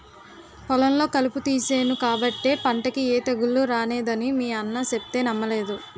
పొలంలో కలుపు తీసేను కాబట్టే పంటకి ఏ తెగులూ రానేదని మీ అన్న సెప్తే నమ్మలేదు